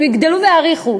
הם יגדלו ויעריכו,